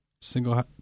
single